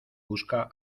busca